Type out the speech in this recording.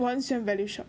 我很喜欢 value shop